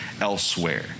elsewhere